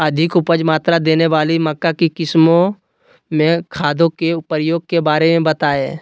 अधिक उपज मात्रा देने वाली मक्का की किस्मों में खादों के प्रयोग के बारे में बताएं?